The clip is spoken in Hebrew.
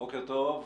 בוקר טוב.